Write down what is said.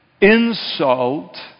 insult